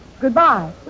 Goodbye